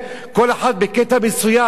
של 4 או 5 או 10 קילומטר.